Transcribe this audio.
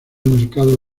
mercado